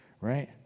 right